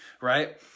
right